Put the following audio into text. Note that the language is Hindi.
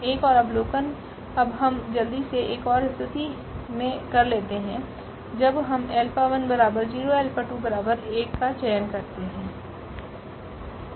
एक और अवलोकन अब हम जल्दी से एक ओर स्थिति मे कर लेते है जब हम α1 0 और α2 1का चयन कर ले